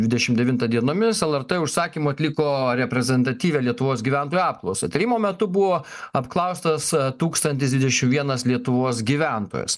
dvidešim devintą dienomis lrt užsakymu atliko reprezentatyvią lietuvos gyventojų apklausą tyrimo metu buvo apklaustas tūkstantis dvidešim vienas lietuvos gyventojas